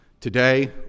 today